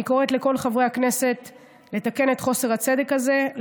אני קוראת לכל חברי הכנסת לתקן את חוסר הצדק הזה,